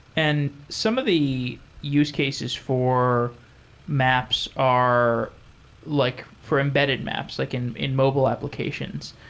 and some of the use cases for maps are like for embedded maps, like in in mobile applications.